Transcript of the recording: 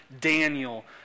Daniel